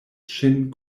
ŝin